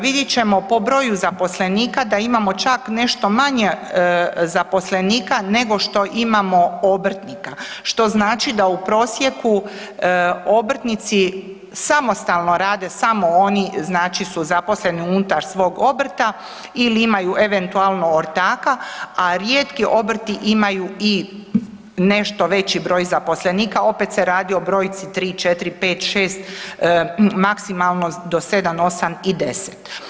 Vidjet ćemo po broju zaposlenika da imamo čak nešto manje zaposlenika nego što imamo obrtnika, što znači da u prosjeku obrtnici samostalno rade, samo oni znači su zaposleni unutar svog obrta ili imaju eventualno ortaka, a rijetki obrti imaju i nešto veći broj zaposlenika, opet se radi o brojci 3, 4, 5, 6, maksimalno do 7, 8 i 10.